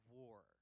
war